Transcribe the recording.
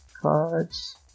cards